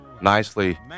nicely